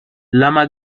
lama